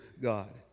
God